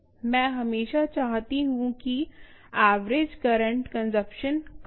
मैं हमेशा चाहती हूं कि एवरेज करंट कंजम्पशन कम हो